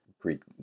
Greek